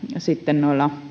sitten